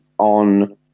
on